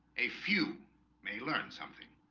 a few may learn something